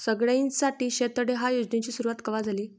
सगळ्याइसाठी शेततळे ह्या योजनेची सुरुवात कवा झाली?